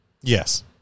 Yes